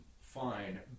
fine